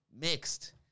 mixed